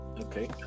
Okay